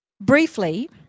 briefly –